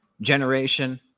generation